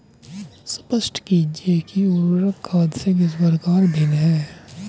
स्पष्ट कीजिए कि उर्वरक खाद से किस प्रकार भिन्न है?